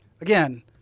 again